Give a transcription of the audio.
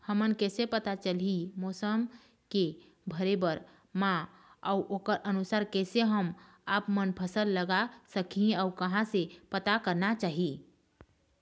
हमन कैसे पता चलही मौसम के भरे बर मा अउ ओकर अनुसार कैसे हम आपमन फसल लगा सकही अउ कहां से पता करना चाही?